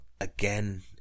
again